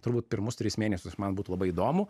turbūt pirmus tris mėnesius man būtų labai įdomu